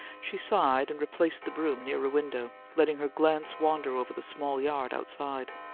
she sighed and replaced the broom near a window, letting her glance wander over the small yard outside.